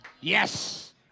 Yes